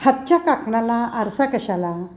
हातच्या काकणाला आरसा कशाला